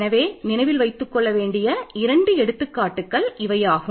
எனவே நினைவில் வைத்துக்கொள்ள வேண்டிய இரண்டு எடுத்துக்காட்டுகள் இவையாகும்